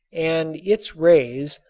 and its rays,